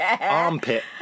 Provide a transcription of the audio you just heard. armpit